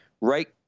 right